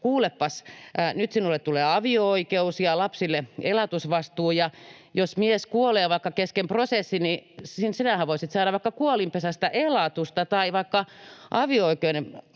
kuulepas, nyt sinulle tulee avio-oikeus ja lapsille elatusvastuu, ja jos mies kuolee vaikka kesken prosessin, niin sinähän voisit saada vaikka kuolinpesästä elatusta tai vaikka avioliiton